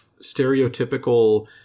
stereotypical